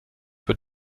wird